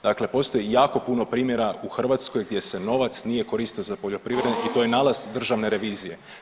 Dakle, postoji jako puno primjera u Hrvatskoj gdje se novac nije koristio za poljoprivredu i to je nalaz Državne revizije.